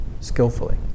skillfully